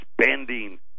spending